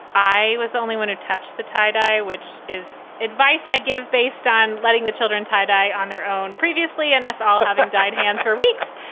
i was only when it touched the tie dye, which is advice i give based on letting the children tie dye on their own previously and us all having died and four weeks.